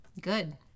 Good